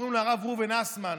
קוראים לו הרב ראובן אסמן,